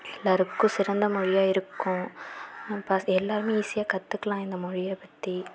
எல்லாருக்கும் சிறந்த மொழியாக இருக்கும் இப்போ எல்லாருமே ஈஸியாக கற்றுக்கலாம் இந்த மொழியை பற்றி